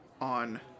on